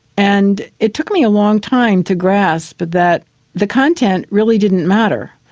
and it took me a long time to grasp but that the content really didn't matter,